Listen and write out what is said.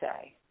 say